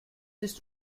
ist